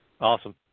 Awesome